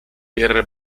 per